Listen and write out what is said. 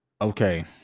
Okay